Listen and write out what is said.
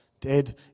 dead